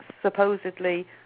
supposedly